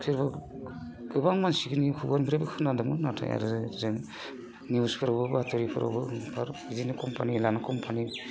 गोबां मानसिफोरनि खुगानिफ्रायबो खोनादोंमोन नाथाय आरो जों निउसफोरावबो बाथ'रिफोरावबो आरो बिदिनो कम्फानि लाना कम्फानि